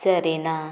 Sarina